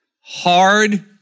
Hard